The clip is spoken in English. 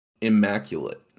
immaculate